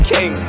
King